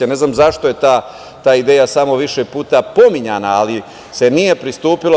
Ne znam zašto je ta ideja samo više puta pominjana, ali se nije pristupilo?